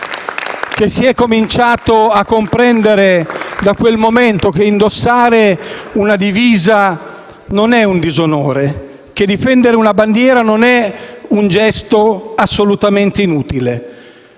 che si sia cominciato a comprendere da quel momento che indossare una divisa non è un disonore, che difendere una bandiera non è un gesto assolutamente inutile.